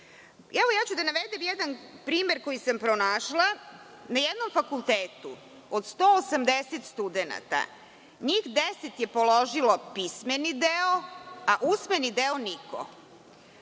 prošla. Navešću jedan primer koji sam pronašla. Na jednom fakultetu od 180 studenata, njih 10 je položilo pismeni deo, a usmeni deo niko.